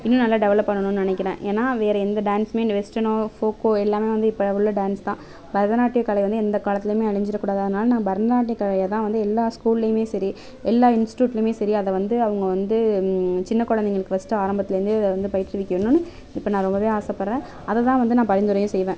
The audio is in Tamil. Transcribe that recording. இன்னும் நல்ல டெவலப் பண்ணணும் நினைக்குறேன் ஏன்னா வேறு எந்த டேன்ஸ்சுமே வெஸ்டர்னோ ஃபோக்கோ எல்லாமே வந்து இப்போ உள்ள டேன்ஸ் தான் பரதநாட்டிய கலை வந்து எந்த காலத்துலையுமே அழிஞ்சிற கூடாது அதனால நான் பரதநாட்டியம் கலையில தான் வந்து எல்லா ஸ்கூல்லையுமே சரி எல்லா இன்ஸ்டியூட்லையுமே சரி அதை வந்து அவங்க வந்து சின்ன குழந்தைங்களுக்கு ஃபர்ஸ்ட் ஆரம்பத்தில் இருந்தே அதை வந்து பயிற்று விக்கணுன்னு இப்போ நான் ரொம்பவே ஆசைப்படுறேன் அதை தான் வந்து நான் பரிந்துரையும் செய்வேன்